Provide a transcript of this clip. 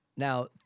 Now